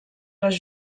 les